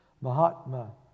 Mahatma